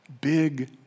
big